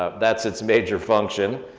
ah that's its major function.